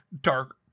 dark